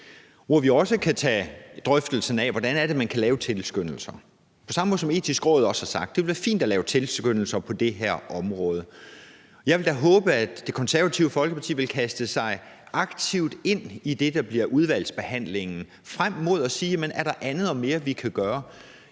hvor vi også kan tage drøftelsen af, hvordan det er, man kan lave tilskyndelser – på samme måde som Det Etiske Råd også har sagt, i forhold til at det vil være fint at lave tilskyndelser på det her område. Jeg vil da håbe, at Det Konservative Folkeparti vil kaste sig aktivt ind i det, der bliver udvalgsbehandlingen, frem mod at sige: Er der andet og mere, vi kan gøre?